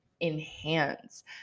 enhance